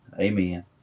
Amen